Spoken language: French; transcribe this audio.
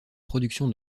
production